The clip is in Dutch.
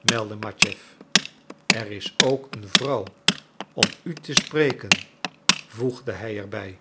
meldde matjeff er is ook een vrouw om u te spreken voegde hij er